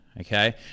okay